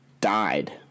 died